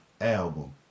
album